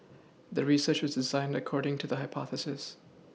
the research was designed according to the hypothesis